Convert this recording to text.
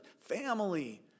Family